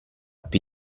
più